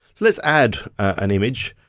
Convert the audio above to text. let's add an image.